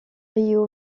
rio